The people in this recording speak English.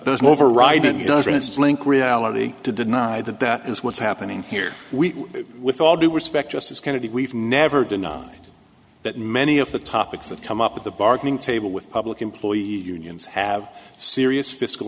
just link reality to deny that that is what's happening here we with all due respect justice kennedy we've never denied that many of the topics that come up at the bargaining table with public employee unions have serious fiscal